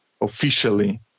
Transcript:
officially